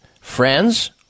friends